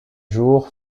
jour